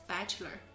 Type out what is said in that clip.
Bachelor（